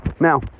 Now